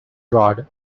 rod